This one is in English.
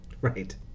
Right